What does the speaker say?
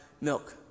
milk